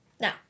Now